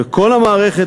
וכל המערכת,